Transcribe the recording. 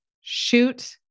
shoot